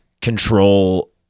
control